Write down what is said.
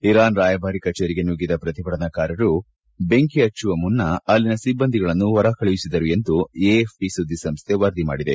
Iran ರಾಯಭಾರ ಕಚೇರಿಗೆ ನುಗ್ಗಿದ ಪ್ರತಿಭಟನಾಕಾರರು ಬೆಂಕಿ ಹಚ್ಚುವ ಮುನ್ನ ಅಲ್ಲಿನ ಸಿಬ್ಬಂದಿಗಳನ್ನು ಹೊರಕಳುಹಿಸಿದರು ಎಂದು ಎಎಫ್ಪಿ ಸುದ್ದಿಸಂಸ್ಥೆ ವರದಿ ಮಾಡಿದೆ